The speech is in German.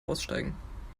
aussteigen